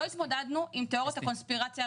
לא התמודדנו עם תיאוריות הקונספירציה,